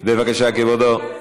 בבקשה, כבודו.